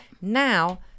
Now